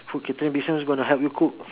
food catering business who's going to help you cook